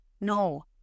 No